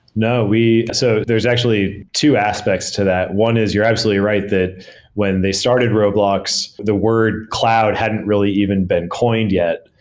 no. so there's actually two aspects to that. one is you're absolutely right, that when they started roblox, the word cloud hadn't really even been coined yet.